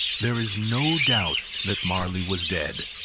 there is no doubt that marley was dead.